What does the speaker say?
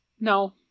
No